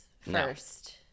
first